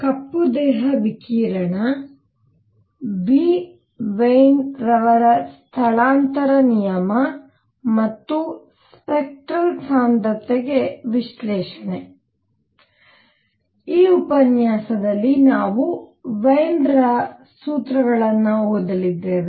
ಕಪ್ಪು ದೇಹ ವಿಕಿರಣ ವಿ ವೇನ್ರವರ ಸ್ಥಳಾಂತರ ನಿಯಮ ಮತ್ತು ಸ್ಪೆಕ್ಟರಲ್ ಸಾಂದ್ರತೆಗೆ ವಿಶ್ಲೇಷಣೆ ಈ ಉಪನ್ಯಾಸದಲ್ಲಿ ನಾವು ವೇನ್ರ ಸೂತ್ರಗಳನ್ನು ಓದಲಿದ್ದೇವೆ